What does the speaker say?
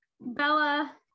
Bella